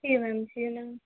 जी ma'am जी ma'am